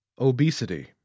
Obesity